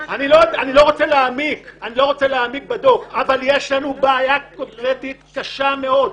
אני לא רוצה להעמיק בדוח אבל יש לנו בעיה קונקרטית קשה מאוד.